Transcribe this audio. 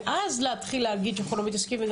ואז להתחיל להגיד שאנחנו לא מתעסקים,